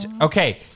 Okay